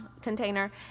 container